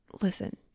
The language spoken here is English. Listen